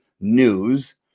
news